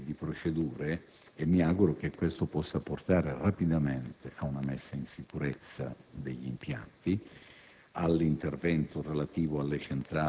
anche la revisione di compiti e di procedure e mi auguro che questo possa portare rapidamente a una messa in sicurezza degli impianti,